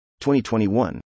2021